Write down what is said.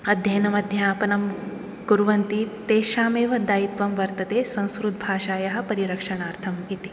अध्ययनम् अध्यापनं कुर्वन्ति तेषामेव दायित्वं वर्तते संस्कृतभाषायाः परिरक्षणार्थमिति